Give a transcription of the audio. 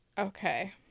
Okay